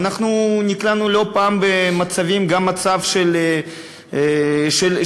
ואנחנו נקלענו לא פעם למצב של מלחמה,